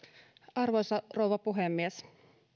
arvoisa rouva puhemies